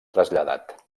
traslladat